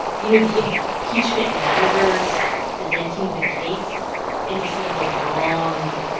you know, the impeachment managers presenting the case in just sort of a long,